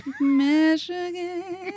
Michigan